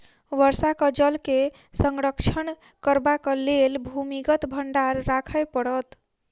वर्षाक जल के संरक्षण करबाक लेल भूमिगत भंडार राखय पड़त